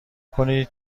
کنید